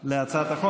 להצעת החוק.